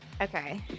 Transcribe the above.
Okay